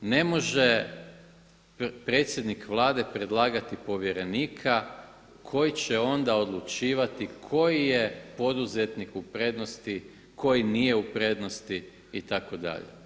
Ne može predsjednik Vlade predlagati povjerenika koji će onda odlučivati koji je poduzetnik u prednosti, koji nije u prednosti itd.